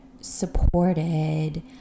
supported